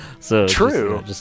True